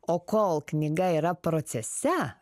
o kol knyga yra procese